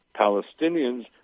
Palestinians